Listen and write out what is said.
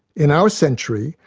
in our century,